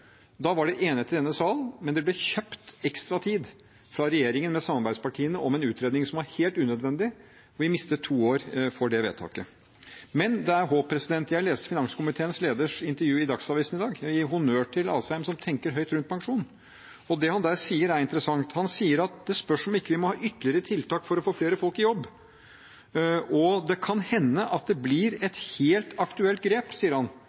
Da var det enighet i denne sal, men det ble kjøpt ekstra tid av regjeringen med samarbeidspartiene til en utredning som var helt unødvendig, og vi mistet to år for det vedtaket. Men det er håp. Jeg leste intervjuet med finanskomiteens leder i Dagsavisen i dag, og jeg gir honnør til Asheim, som tenker høyt rundt pensjon. Det han der sier, er interessant. Han sier at det spørs om vi ikke må ha ytterligere tiltak for å få flere folk i jobb. Han sier det kan hende «at det blir et helt aktuelt grep»